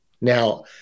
Now